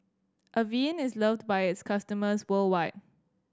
Avene is loved by its customers worldwide